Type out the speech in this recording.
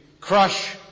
crush